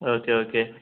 okay okay